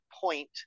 point